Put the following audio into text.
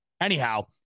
Anyhow